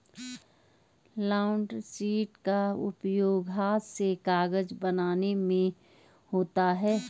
blotter sheet का उपयोग हाथ से कागज बनाने में होता है